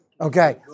Okay